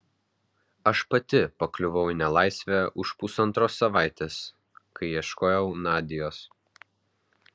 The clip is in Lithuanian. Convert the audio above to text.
aš pati pakliuvau į nelaisvę už pusantros savaitės kai ieškojau nadios